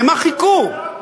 למה חיכו?